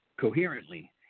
coherently